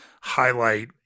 highlight